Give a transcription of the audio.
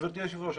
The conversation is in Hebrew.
גברתי היושבת ראש,